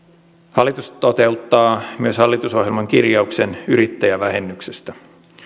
hallitus toteuttaa myös hallitusohjelman kirjauksen yrittäjävähennyksestä